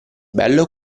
bello